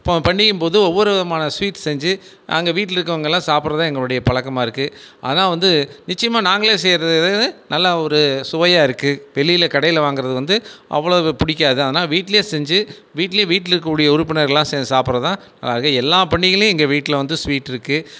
பண்டிகையின் போதும் ஒவ்வொரு விதமான ஸ்வீட் செஞ்சு நாங்கள் வீட்டில் இருக்கிறவங்கள்லாம் சாப்பிடுறது தான் எங்களோடைய பழக்கமாக இருக்குது அதுதான் வந்து நிச்சயமாக நாங்களே செய்யறது து நல்லா ஒரு சுவையாக இருக்குது வெளியில் கடையில் வாங்குவது வந்து அவ்வளோவு பிடிக்காது ஆனால் வீட்டிலயே செஞ்சு வீட்டில் வீட்டில் இருக்கக்கூடிய உறுப்பினர்களெலாம் சேர்ந்து சாப்பிட்றது தான் ஆக எல்லா பண்டிகைகள்லையும் எங்கள் வீட்டில் வந்து ஸ்வீட் இருக்குது